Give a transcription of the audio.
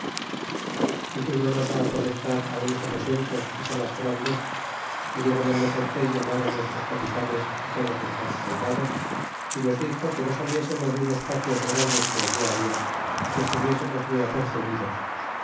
y fuimonos á aposentar á unos aposentos y salas grandes y luego mandó cortés llamar á nuestros capitanes y todos los mas soldados y nos dixo que no saliésemos de unos patios grandes que allí habla y que estuviésemos muy apercebidos